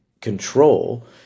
control